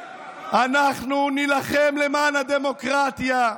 אנחנו נילחם למען הדמוקרטיה,